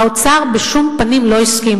האוצר בשום פנים לא הסכים.